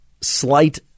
slight